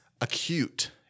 acute